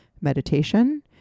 meditation